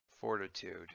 fortitude